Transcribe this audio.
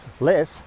less